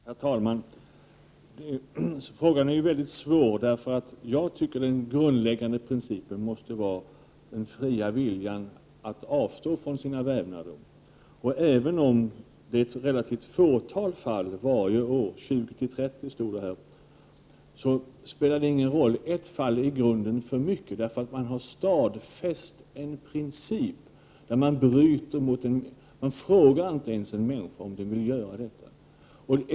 Herr talman! Frågan är mycket svår. Jag tycker att den grundläggande principen måste vara frivilligheten, att man av fri vilja avstår från sina vävnader. Även om det rör sig om ett relativt fåtal fall varje år — 20-30 fall Prot. 1988/89:75 sägs det i interpellationssvaret — så spelar det ingen roll; ett enda fall är i 7 mars 1989 grunden ett för mycket, eftersom man därmed har stadfäst en princip där man bryter mot människans fria vilja. Man frågar inte ens vederbörande om han eller hon vill gå med på detta.